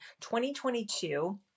2022